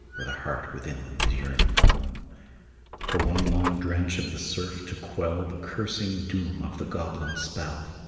where the heart within them is yearning home for one long drench of the surf to quell the cursing doom of the goblin spell.